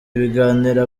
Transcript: ibiganiro